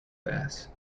bass